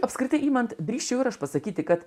apskritai imant drįsčiau pasakyti kad